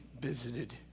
visited